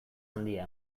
handia